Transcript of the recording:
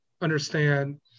understand